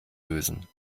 lösen